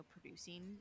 producing